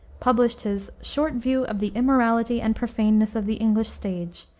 published his short view of the immorality and profaneness of the english stage,